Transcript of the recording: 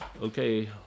okay